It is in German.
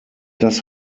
das